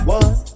one